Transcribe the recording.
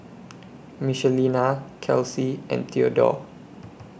Michelina Kelsey and Theodore